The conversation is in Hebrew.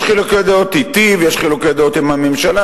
יש חילוקי דעות אתי ויש חילוקי דעות עם הממשלה